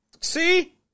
See